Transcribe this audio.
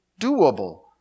doable